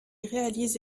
réalise